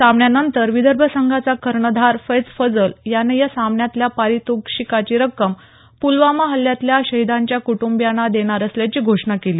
सामन्यानंतर विदर्भ संघाचा कर्णधार फैज फैजल यानं या सामन्यातल्या पारितोषिकाची रक्कम पुलवामा हल्ल्यातल्या शहिदांच्या कुटुंबीयांना देणार असल्याची घोषणा केली